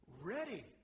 Ready